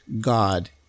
God